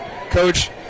Coach